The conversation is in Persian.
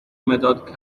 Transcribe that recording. مداد